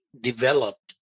developed